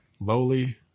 lowly